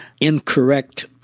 incorrect